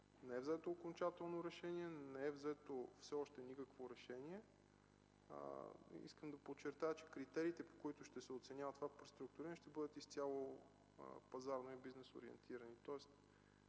Не е взето окончателно решение, не е взето все още никакво решение. Искам да подчертая, че критериите, по които ще се оценява това преструктуриране, ще бъдат изцяло пазарно и бизнес ориентирани.